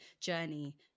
journey